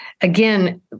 again